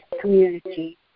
community